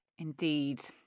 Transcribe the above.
Indeed